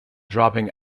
dropping